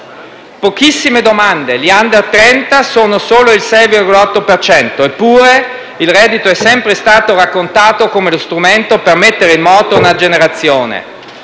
Pochissime domande, gli *under* 30 sono solo il 6,8 per cento, eppure il reddito è sempre stato raccontato come lo strumento per mettere in moto una generazione.